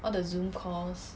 all the zoom calls